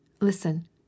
Listen